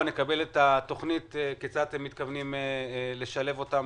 נקבל את התכנית כיצד אתם מתכוונים לשלב אותם